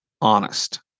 Honest